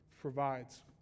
provides